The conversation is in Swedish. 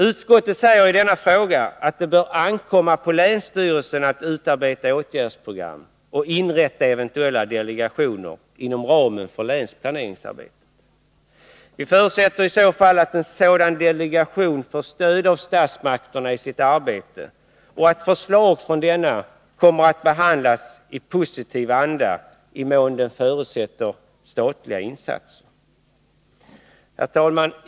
Utskottet säger i denna fråga att det bör ankomma på länsstyrelsen att utarbeta åtgärdsprogram och inrätta eventuella delegationer inom ramen för länsplaneringsarbetet. Vi förutsätter i så fall att en sådan delegation får stöd av statsmakterna i sitt arbete och att förslag från delegationen kommer att behandlas i positiv anda, i den mån de förutsätter statliga insatser. Herr talman!